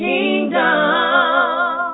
Kingdom